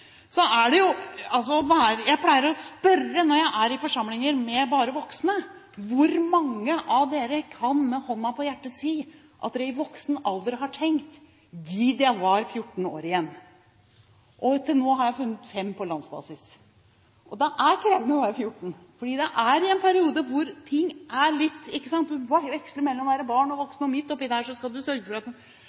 Jeg pleier å spørre når jeg er i forsamlinger med bare voksne: Hvor mange av dere kan med hånden på hjertet si at dere i voksen alder har tenkt: Gid jeg var 14 år igjen? Til nå har jeg funnet fem på landsbasis. Det er krevende å være 14 år, for da er man i en periode hvor man veksler mellom å være barn og voksen, og midt oppi det skal man sørge for at